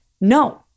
no